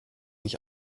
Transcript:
mich